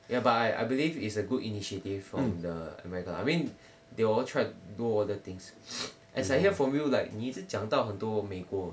ya but I I believe it's a good initiative from the america I mean they all tried do all those things as I hear from you like 你一直讲到很多美国